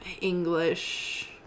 English